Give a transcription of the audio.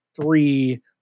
three